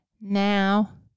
Now